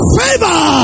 favor